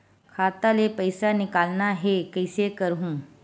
खाता ले पईसा निकालना हे, कइसे करहूं?